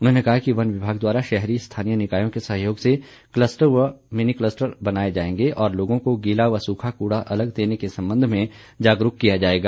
उन्होंने कहा कि वन विभाग द्वारा शहरी स्थानीय निकायों के सहयोग से कलस्टर व मिनी कलस्टर बनाए जाएंगे और लोगों को गीला व सूखा कूड़ा अलग देने के संबंध में जागरूक किया जाएगा